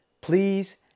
please